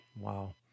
Wow